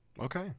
Okay